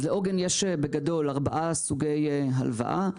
לעוגן יש ארבעה סוגי הלוואה.